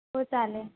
हो चालेल